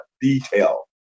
detail